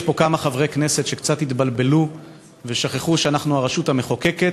יש פה כמה חברי כנסת שקצת התבלבלו ושכחו שאנחנו הרשות המחוקקת.